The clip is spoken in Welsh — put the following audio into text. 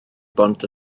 bont